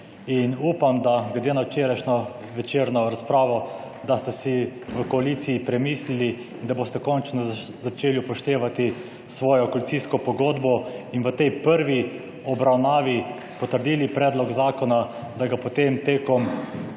Upam, glede na včerajšnjo večerno razpravo, da ste si v koaliciji premislili in boste končno začeli upoštevati svojo koalicijsko pogodbo ter v tej prvi obravnavi potrdili predlog zakona, da ga potem tekom obravnave